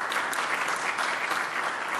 (מחיאות כפיים)